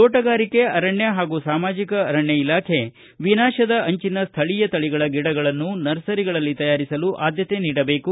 ತೋಟಗಾರಿಕೆ ಅರಣ್ಯ ಹಾಗೂ ಸಾಮಾಜಿಕ ಅರಣ್ಯ ಇಲಾಖೆ ವಿನಾಶದ ಅಂಚಿನ ಸ್ವಳೀಯ ತಳಿಗಳ ಗಿಡಗಳನ್ನು ನರ್ಸರಿಗಳಲ್ಲಿ ತಯಾರಿಸಲು ಆದ್ಯತೆ ನೀಡಬೇಕು